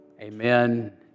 Amen